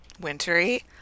wintery